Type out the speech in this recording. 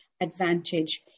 advantage